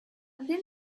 thin